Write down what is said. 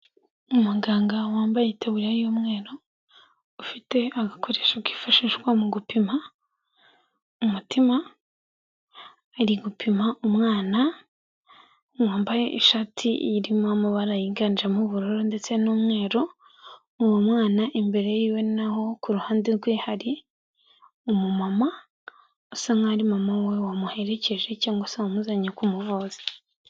Umuganga wambaye itaburiya y'umweru, ufite agakoresho kifashishwa mu gupima umutima, ari gupima umwana wambaye ishati irimo amabara yiganjemo ubururu ndetse n'umweru, uwo mwana imbere y'iwe naho ku ruhande rwe hari umumama usa nkaho mama we wamuherekeje, cyangwa se wamuzanye kumuvuza.